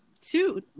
two